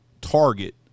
target